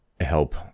help